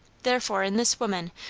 therefore, in this woman,